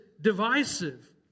divisive